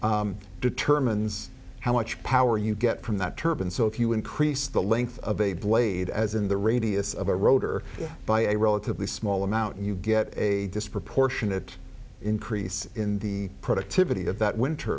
determines how much power you get from that turban so if you increase the length of a blade as in the radius of a rotor by a relatively small amount you get a disproportionate increase in the productivity of that winter